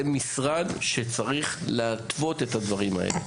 אתם משרד שצריך להתוות את הדברים האלה.